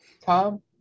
Tom